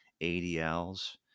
ADLs